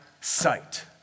sight